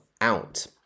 out